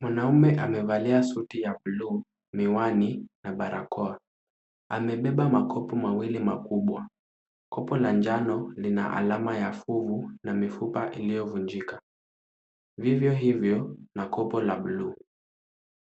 Mwanaume amevalia suti ya buluu, miwani na barakoa. Amebeba makopo mawili makubwa. Kopo la njano lina alama ya fuvu na mifupa iliyovunjika. Vivyo hivyo na kopo la buluu.